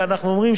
ואנחנו אומרים,